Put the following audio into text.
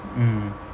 mm